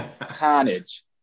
carnage